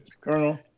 Colonel